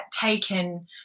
taken